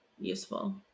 useful